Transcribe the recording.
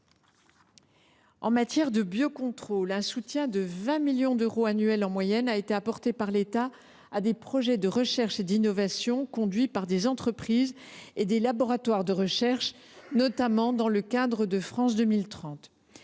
En matière de biocontrôle, un soutien annuel de 20 millions d’euros en moyenne est apporté par l’État à des projets de recherche et d’innovation conduits par des entreprises et des laboratoires de recherche, notamment dans le cadre du plan France 2030.